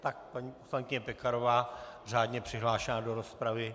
Tak paní poslankyně Pekarová, řádně přihlášená do rozpravy.